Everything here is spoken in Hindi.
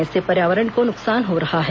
इससे पर्यावरण को नुकसान हो रहा है